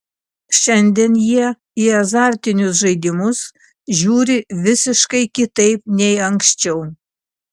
šiandien jie į azartinius žaidimus žiūri visiškai kitaip nei anksčiau